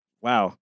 Wow